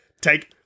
Take